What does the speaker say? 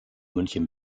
münchen